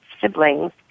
siblings